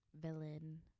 villain